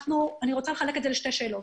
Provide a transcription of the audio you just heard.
אני רוצה לחלק את זה לשתי שאלות.